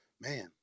man